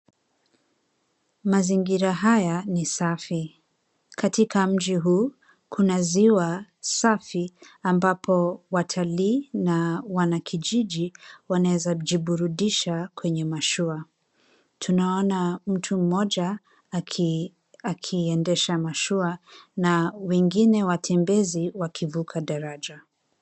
Mazingira haya ni safi. Katika mji huu, kuna ziwa safi ambapo watalii na wanakijiji wanaeza jiburudisha kwenye mashua. Tunaona mtu mmoja akiendesha mashua na wengine watembezi wakivuka daraja.